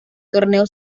torneo